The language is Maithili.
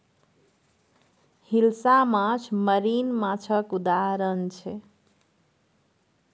हिलसा माछ मरीन माछक उदाहरण छै